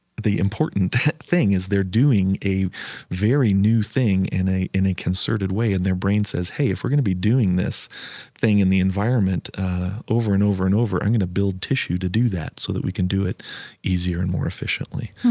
the important thing is they're doing a very new thing in a in a concerted way. and their brain says, hey, if we're going to be doing this thing in the environment over and over and over, i'm going to build tissue to do that so that we can do it easier and more efficiently.